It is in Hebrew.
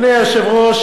אדוני היושב-ראש,